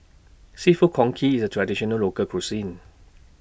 Seafood Congee IS A Traditional Local Cuisine